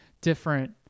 different